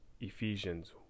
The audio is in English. Ephesians